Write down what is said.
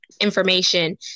information